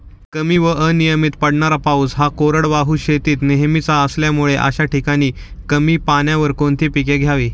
कमी व अनियमित पडणारा पाऊस हा कोरडवाहू शेतीत नेहमीचा असल्यामुळे अशा ठिकाणी कमी पाण्यावर कोणती पिके घ्यावी?